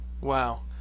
wow